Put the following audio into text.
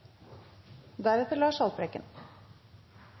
representanten Lars Haltbrekken